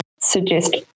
suggest